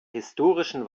historischen